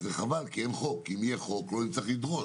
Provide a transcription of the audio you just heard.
וזה חבל כי אם היה חוק לא היינו צריכים לדרוש,